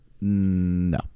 No